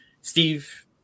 Steve